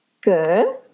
Good